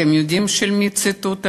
אתם יודעים של מי הציטוט הזה?